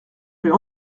rue